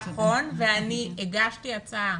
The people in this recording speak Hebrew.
נכון ואני הגשתי הצעה